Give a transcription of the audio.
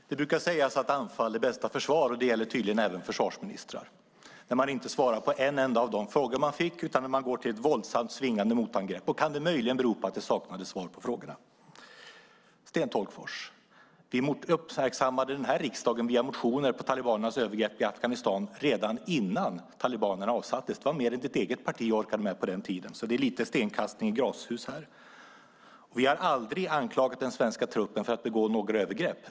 Herr talman! Det brukar sägas att anfall är bästa försvar, och det gäller tydligen även försvarsministrar när man inte svarar på en enda av de frågor man fick utan går till ett våldsamt svingande motangrepp. Kan det möjligen bero på att det saknas svar på frågorna? Sten Tolgfors! Vi uppmärksammade denna riksdag på talibanernas övergrepp i Afghanistan via motioner redan innan talibanerna avsattes. Det var mer än ditt eget parti orkade med på den tiden. Det är alltså lite stenkastning i glashus här. Vi har aldrig anklagat den svenska truppen för att begå några övergrepp.